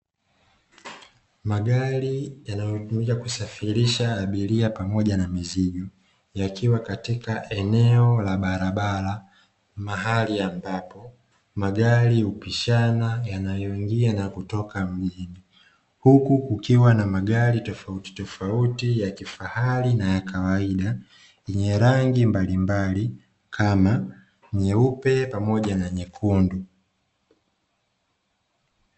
Magari yanayotumika kusafirisha abiria pamoja na mizigo, yakiwa katika eneo la barabara mahali ambapo magari hupishana yanayoingia na kutoka mjini. Huku kukiwa na magari tofauti tofauti ya kifahari na ya kawaida, yenye rangi mbalimbali kamanyeupe pamoja na nyekundu.